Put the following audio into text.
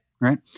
Right